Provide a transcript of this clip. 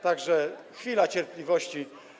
Tak że chwila cierpliwości.